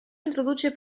introduce